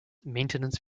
maintenance